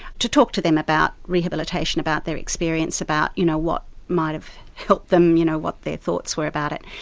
to talk to them about rehabilitation, about their experience, about you know what might have helped them, you know what their thoughts were about it.